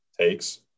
takes